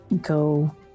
go